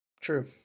True